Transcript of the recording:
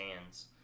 hands